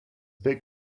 big